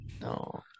No